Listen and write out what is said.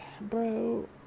bro